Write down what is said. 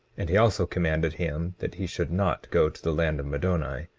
and he also commanded him that he should not go to the land of middoni,